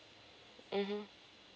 mmhmm